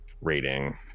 rating